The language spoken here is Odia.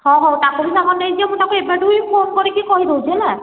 ହଁ ହଉ ତାକୁ ବି ସାଙ୍ଗରେ ନେଇଯିବା ମୁଁ ତାକୁ ଏବେ ଠୁ ହିଁ ଫୋନ୍ କରିକି କହିଦେଉଛି ହେଲା